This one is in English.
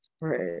Right